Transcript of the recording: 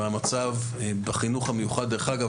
והמצב בחינוך המיוחד דרך אגב,